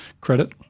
credit